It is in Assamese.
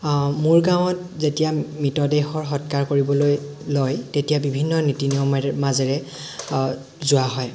মোৰ গাঁৱত যেতিয়া মৃতদেহৰ সৎকাৰ কৰিবলৈ লয় তেতিয়া বিভিন্ন নীতি নিয়মৰ মাজেৰে যোৱা হয়